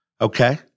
okay